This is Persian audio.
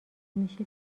میشه